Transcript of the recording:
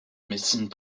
médecine